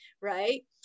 right